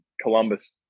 Columbus